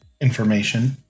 information